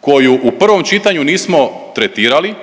koju u prvom čitanju nismo tretirali,